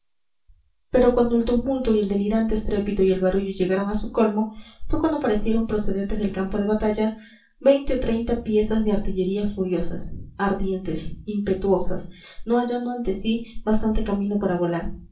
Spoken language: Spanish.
pero cuando el tumulto y el delirante estrépito y el barullo llegaron a su colmo fue cuando aparecieron procedentes del campo de batalla veinte o treinta piezas de artillería furiosas ardientes impetuosas no hallando ante sí bastante camino para volar